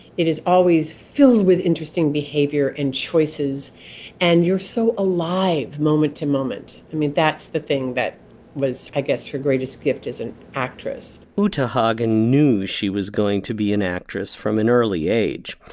it is always filled with interesting behavior and choices and you're so alive moment to moment i mean that's the thing that was i guess your greatest gift as an actress who to hug and knew she was going to be an actress from an early age.